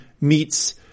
meets